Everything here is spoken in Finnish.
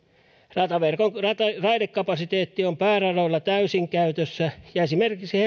rataverkon raidekapasiteetti on pääradoilla täysin käytössä ja esimerkiksi